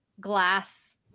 glass